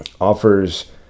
offers